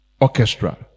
orchestra